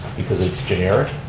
because it's generic.